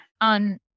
On